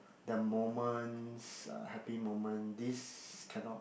the moments the happy moment these cannot